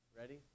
ready